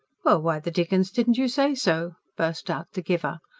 well, why the dickens didn't you say so? burst out the giver.